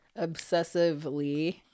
Obsessively